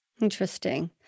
Interesting